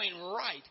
right